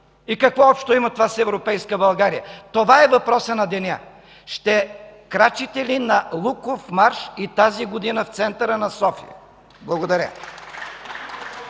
И какво общо има това с европейска България?! Това е въпросът на деня – ще крачите ли на Луковмарш и тази година в центъра на София? Благодаря.